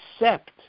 accept